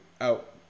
out